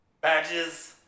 Badges